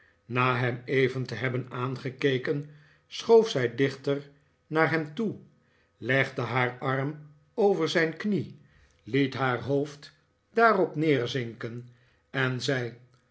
na hem even te hebben aangekeken schoof zij dichter naar hem toe legde haar arm over zijn knie liet haar hoofd daarop neerzinken en zei